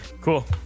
Cool